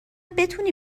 بتونی